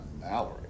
Mallory